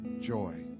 joy